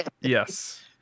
Yes